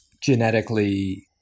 genetically